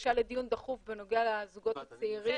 בקשה לדיון דחוף בנוגע לזוגות הצעירים.